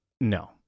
no